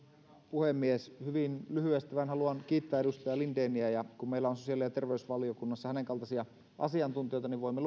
puhemies hyvin lyhyesti vain haluan kiittää edustaja lindeniä kun meillä on sosiaali ja terveysvaliokunnassa hänenkaltaisiaan asiantuntijoita niin voimme